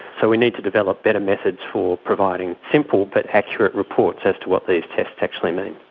so we need to develop better methods for providing simple but accurate reports as to what these tests actually mean.